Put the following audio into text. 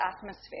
atmosphere